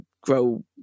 grow